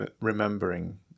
remembering